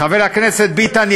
חבר הכנסת ביטן,